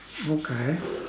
okay